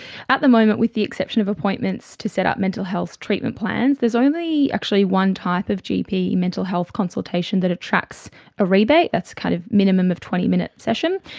at the moment, with the exception of appointments to set up mental health treatment plans, there's only actually one type of gp mental health consultation that attracts a rebate, that's kind of minimum of a twenty minute session.